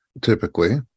typically